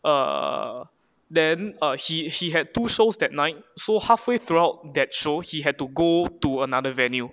err then err he had two shows that night so halfway throughout that show he had to go to another venue